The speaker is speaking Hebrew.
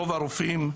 רוב הרופאים,